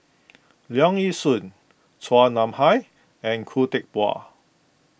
Leong Yee Soo Chua Nam Hai and Khoo Teck Puat